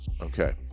okay